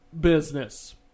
business